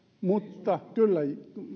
mutta kyllä